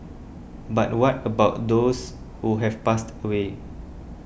but what about those who have passed away